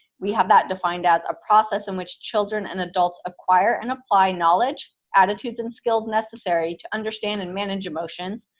we have that defined as a process in which children and adults acquire and apply knowledge, attitudes, and skills necessary to understand and manage emotions,